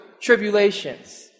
tribulations